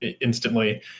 instantly